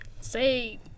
Say